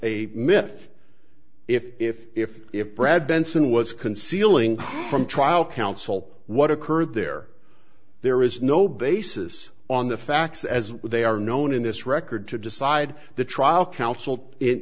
a myth if if if if brad benson was concealing from trial counsel what occurred there there is no basis on the facts as they are known in this record to decide the trial counsel i